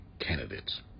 candidates